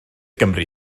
gymri